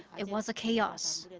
it was a chaos.